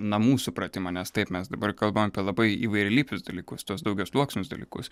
namų supratimą nes taip mes dabar kalbam apie labai įvairialypius dalykus tuos daugiasluoksnius dalykus